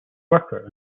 worker